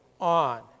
on